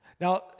Now